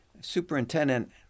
Superintendent